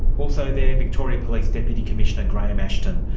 also there, victoria police deputy commissioner graham ashton,